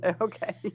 Okay